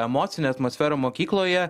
emocinę atmosferą mokykloje